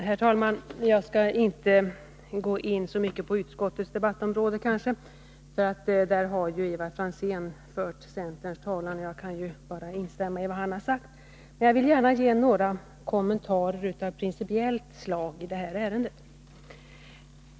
Herr talman! Jag skall inte gå in så mycket på utskottets debattområde, för där har Ivar Franzén fört centerns talan. Jag kan bara instämma i vad han har sagt. Men jag vill gärna ge några kommentarer av principiellt slag i detta ärende.